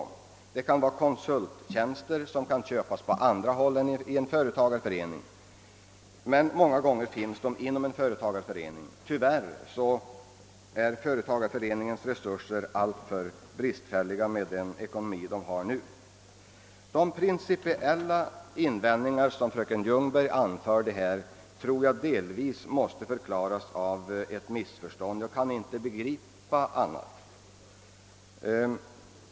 Det kan vara konsulttjänster, som kan köpas på andra håll än genom företagareföreningarna, men ofta finns de att tillgå inom en företagareförening. Tyvärr är dock företagareföreningarnas resurser = alltför bristfälliga med den ekonomi de nu har. De principiella invändningar som fröken Ljungberg gjorde tror jag delvis har sin förklaring i ett missförstånd.